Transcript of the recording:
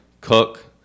cook